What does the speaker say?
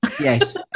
Yes